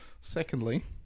Secondly